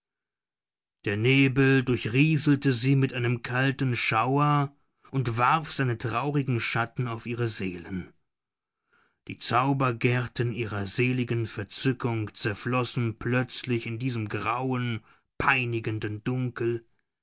der nebel durchrieselte sie mit einem kalten schauer und warf seine traurigen schatten auf ihre seelen die zaubergärten ihrer seligen verzückung zerflossen plötzlich in diesem grauen peinigenden dunkel